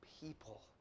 people